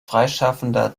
freischaffender